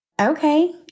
okay